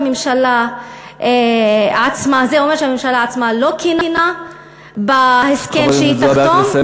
זה אומר שהממשלה עצמה לא כנה בהסכם שהיא תחתום,